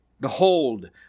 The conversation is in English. Behold